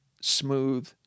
smooth